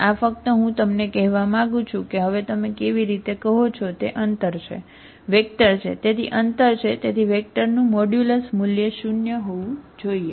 આ ફક્ત હું તમને કહેવા માંગુ છું કે હવે તમે કેવી રીતે કહો છો તે અંતર છે વેક્ટર છે તેથી અંતર છે તેથી વેક્ટરનું મોડ્યુલસ મૂલ્ય શૂન્ય હોવું જોઈએ